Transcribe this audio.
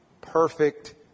perfect